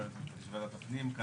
אני יועץ משפטי של ועדת הפנים וכאן